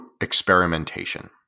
experimentation